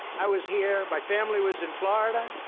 i was here, my family was in florida.